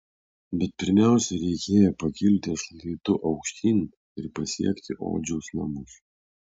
bet pirmiausia reikėjo pakilti šlaitu aukštyn ir pasiekti odžiaus namus